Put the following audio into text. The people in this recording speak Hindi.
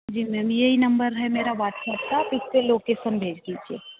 जी मेम यही नम्बर है मेरा वाट्सअप का इसपे लोकेसन भेज दीजिए